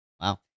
wow